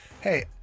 hey